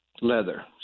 leather